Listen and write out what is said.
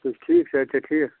تُہۍ چھُو ٹھیٖک صحت چھا ٹھیٖک